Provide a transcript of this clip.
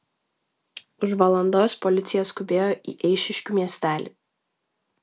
už valandos policija skubėjo į eišiškių miestelį